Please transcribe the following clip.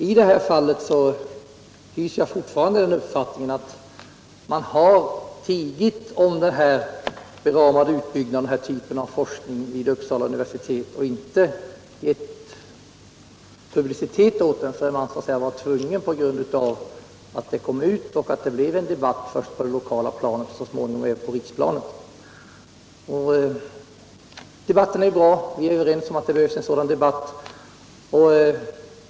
I det här fallet hyser jag fortfarande den uppfattningen att man tigit om den beramade utbyggnaden av den här typen av forskning vid Uppsala universitet och inte givit publicitet åt projektet, förrän man var tvungen på grund av att uppgifter kom ut och det blev en debatt, först på det lokala planet och så småningom även på riksplanet. Debatten är bra. Vi är överens om att det behövs en sådan debatt.